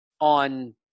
on